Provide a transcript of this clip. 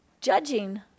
Judging